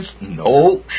No